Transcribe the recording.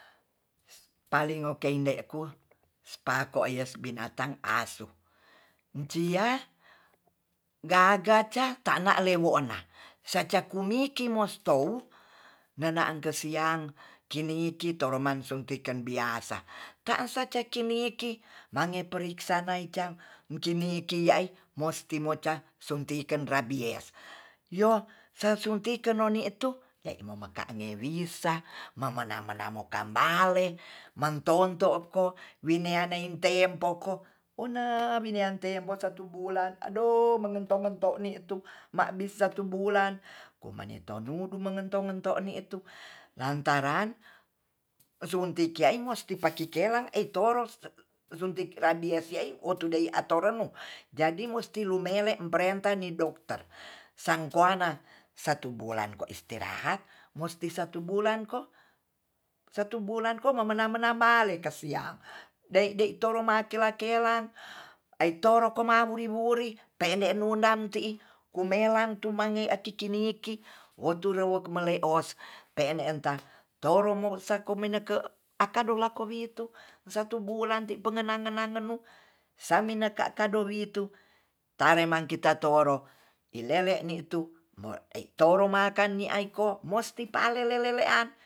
Paling okeinde ku spako yes binatang asu kuncia gagaca tana le wonra seca kumiki mo stou nena kasiang kini'i kitoloman suntikan biasa tan'sa tasa nieki mange periksan nae cam mukini kia'i musti mo ca suntiken rabies yo so suntiken noni tu te momeka nge wisa mamana-mana mokam bale mantotoko wi neanei teampou ko una winiante mo satu bulan adou mengento mento ni tu ma di satu bulan komanito nudu mengento ngento ni etu lantaran suntik kia imus pakikerang etoro suntik rabies se'i wotu dei atau renu jadi musti lumele perenta ni dokter sang kuana satu bulan kwa istirahat musti satu bulan ko satu bulan ko ma mana maale kasiang de tolong makela-kelan ai toro koman wuri-wuri pende nunam ti'i kumelang akikini wotu rewek melek os pen enta toro mou sakou meneke akado lako witu satu bulan ti pengang ngenang samineka kado witu tare mang kita toworo ilele ni tu itoro mi aiko mosti pa lele lean